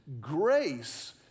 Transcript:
grace